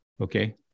okay